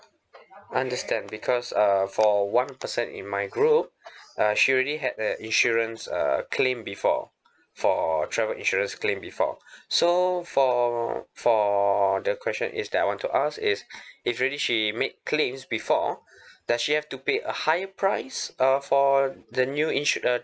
understand because uh for one person in my group uh she already had the insurance uh claim before for travel insurance claim before so for for the question is that I want to ask is if really she made claims before does she have to pay a higher price uh for the new insu~ uh